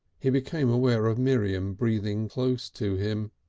he became aware of miriam breathing close to him.